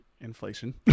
inflation